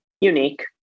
unique